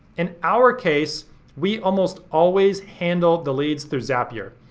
in our case we almost always handle the leads through zapier.